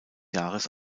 jahres